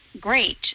great